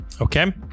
Okay